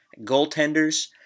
goaltenders